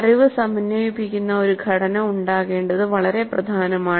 അറിവ് സമന്വയിപ്പിക്കുന്ന ഒരു ഘടന ഉണ്ടാകേണ്ടത് വളരെ പ്രധാനമാണ്